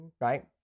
right